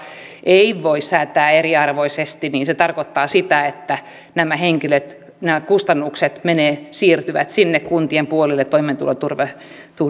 ei voi säätää eriarvoisesti tämä tarkoittaa sitä että nämä kustannukset siirtyvät sinne kuntien puolelle toimeentuloturvamenojen